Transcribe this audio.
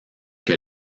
que